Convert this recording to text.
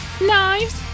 Knives